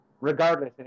regardless